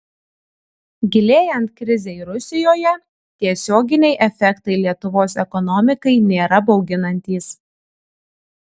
gilėjant krizei rusijoje tiesioginiai efektai lietuvos ekonomikai nėra bauginantys